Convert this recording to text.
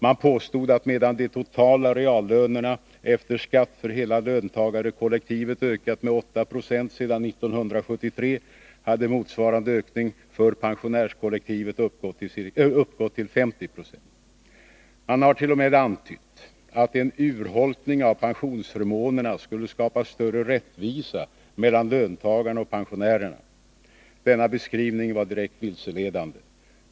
Man påstod att medan de totala reallönerna efter skatt för hela löntagarkollektivet ökat med 8 20 sedan 1973 hade motsvarande ökning för pensionärskollektivet uppgått till 50 20. Man har t.o.m. antytt att en urholkning av pensionsförmånerna skulle skapa större rättvisa mellan löntagarna och pensionärerna. Denna beskrivning var direkt vilseledande.